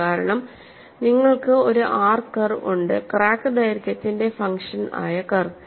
കാരണം നിങ്ങൾക്ക് ഒരു Rകർവ് ഉണ്ട്ക്രാക്ക് ദൈർഘ്യത്തിന്റെ ഫങ്ഷൻ ആയ കർവ്